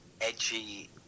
edgy